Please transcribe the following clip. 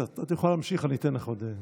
יכולה להמשיך, אני אתן לך עוד זמן.